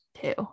two